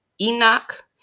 Enoch